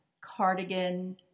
cardigan